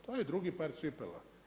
To je drugi par cipela.